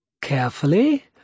Carefully